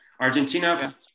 Argentina